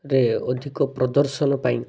ରେ ଅଧିକ ପ୍ରଦର୍ଶନ ପାଇଁ